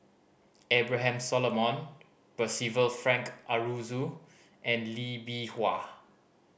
Abraham Solomon Percival Frank Aroozoo and Lee Bee Wah